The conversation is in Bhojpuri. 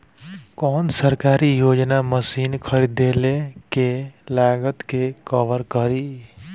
कौन सरकारी योजना मशीन खरीदले के लागत के कवर करीं?